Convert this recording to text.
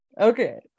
Okay